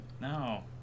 No